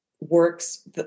works